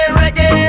reggae